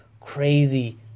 crazy